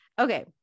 Okay